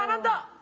um and